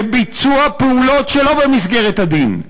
לביצוע פעולות שלא במסגרת הדין.